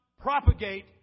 propagate